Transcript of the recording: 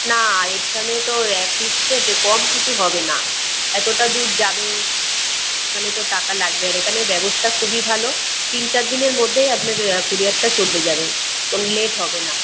না এখানে তো র্যা ফিক্সড রেট এ কম কিছু হবে না এতোটা দূর যাবে সেখানে তো টাকা লাগবে আর এখানে ব্যবস্থা খুবই ভালো তিন চার দিনের মধ্যেই আপনাদের কুরিয়ারটা চলে যাবে কোনো লেট হবে না